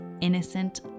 innocent